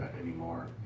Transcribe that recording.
anymore